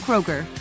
Kroger